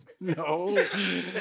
No